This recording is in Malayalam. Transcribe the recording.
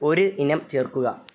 ഒരു ഇനം ചേർക്കുക